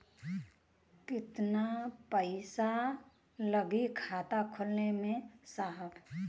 कितना पइसा लागि खाता खोले में साहब?